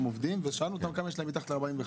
עובדים ושאלנו אותם כמה יש להם מתחת ל-45.